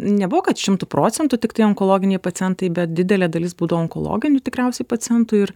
nebuvo kad šimtu procentų tiktai onkologiniai pacientai bet didelė dalis būdavo onkologinių tikriausiai pacientų ir